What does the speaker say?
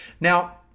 Now